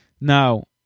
Now